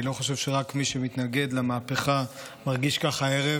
אני לא חושב שרק מי שמתנגד למהפכה מרגיש ככה הערב.